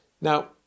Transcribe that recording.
Now